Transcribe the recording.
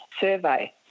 survey